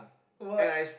what